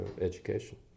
education